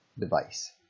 device